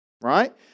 right